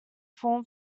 form